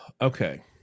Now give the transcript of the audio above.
okay